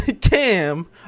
Cam